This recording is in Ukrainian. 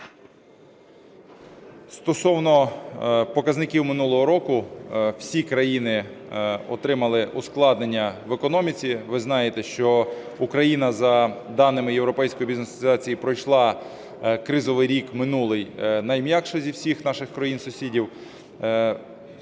Стосовно показників минулого року, всі країни отримали ускладнення в економіці. Ви знаєте, що Україна за даними Європейської Бізнес Асоціації пройшла кризовий рік минулий найм'якіше зі всіх наших країн-сусідів.